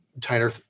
tighter